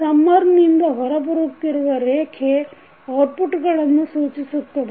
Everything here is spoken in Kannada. ಸಮ್ಮರ್ನಿಂದ ಹೊರಬರುತ್ತಿರುವ ರೇಖೆ ಔಟ್ಪುಟ್ಟನ್ನು ಸೂಚಿಸುತ್ತದೆ